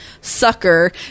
Sucker